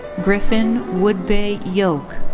griffin woodbay yoak.